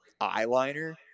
eyeliner